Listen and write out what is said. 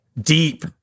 Deep